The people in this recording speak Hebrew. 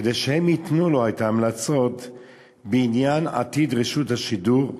כדי שהם ייתנו לו את ההמלצות בעניין עתיד רשות השידור.